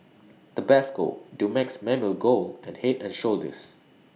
Tabasco Dumex Mamil Gold and Head and Shoulders